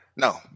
no